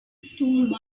stole